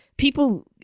People